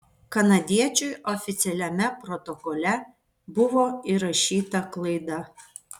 kanadiečiui oficialiame protokole buvo įrašyta klaida